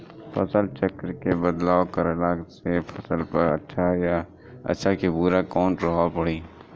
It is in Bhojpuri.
फसल चक्र मे बदलाव करला से फसल पर अच्छा की बुरा कैसन प्रभाव पड़ी?